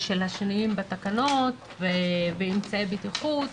השינויים בתקנות ואמצעי בטיחות.